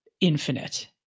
infinite